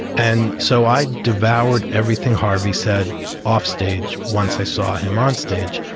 and so i devoured everything harvey said offstage once i saw him onstage.